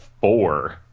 Four